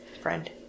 Friend